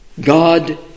God